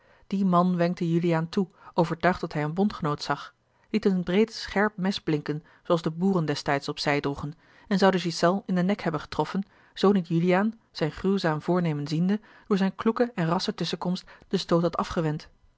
die man wenkte juliaan toe overtuigd dat hij een bondgenoot zag liet een breed scherp mes blinken zooals de boeren destijds op zij droegen en zou de ghiselles in den nek hebben getroffen zoo niet juliaan zijn gruwzaam voornemen ziende door zijne kloeke en rassche tusschenkomst den stoot had afgewend